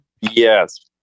Yes